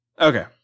Okay